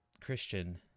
Christian